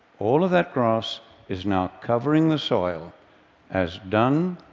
all of that grass is now covering the soil as dung,